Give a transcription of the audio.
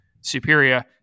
superior